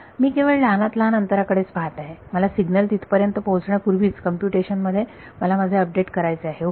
मी केवळ लहानात लहान अंतरा कडेच पाहत आहे मला सिग्नल तिथपर्यंत पोहोचण्यापूर्वीच कॉम्प्युटेशन मध्ये मला माझे अपडेट करायचे आहे ओके